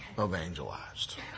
evangelized